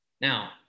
Now